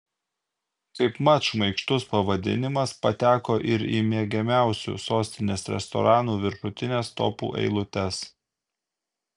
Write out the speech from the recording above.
kaip mat šmaikštus pavadinimas pateko ir į mėgiamiausių sostinės restoranų viršutines topų eilutes